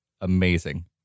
amazing